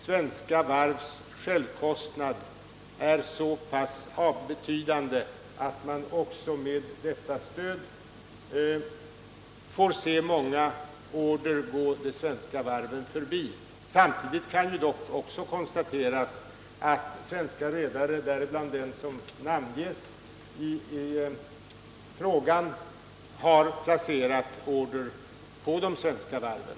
Svenska varvs självkostnader är så betydande att man trots detta stöd får se många order gå de svenska varven förbi. Samtidigt kan dock också konstateras att svenska redare, däribland de som namnges i frågan, har placerat order på de svenska varven.